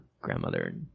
grandmother